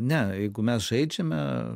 ne jeigu mes žaidžiame